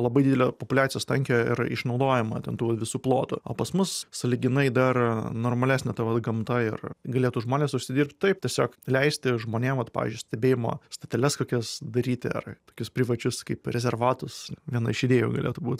labai didelė populiacijos tankio ir išnaudojima ten tų visų plotų o pas mus sąlyginai dar normalesnė ta vat gamta ir galėtų žmonės užsidirbt taip tiesiog leisti žmonėm vat pavyzdžiui stebėjimo stoteles kokias daryti ar tokius privačius kaip rezervatus viena iš idėjų galėtų būt